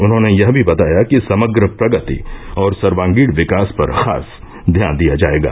उन्होंने यह भी बताया कि समंग्र प्रगति और सर्वांगीण विकास पर खास ध्यान दिया जायेगा